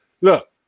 look